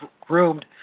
groomed